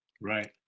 Right